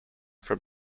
from